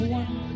one